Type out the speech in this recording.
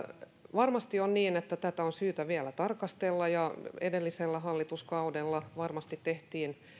varmasti on niin että tätä on syytä vielä tarkastella ja edellisellä hallituskaudella varmasti tehtiin